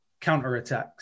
counterattacks